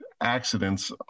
accidents